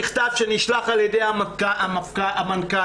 זאת במיוחד תוכנית שנדרשה לתמוך בניצולים שמצבם מאוד לא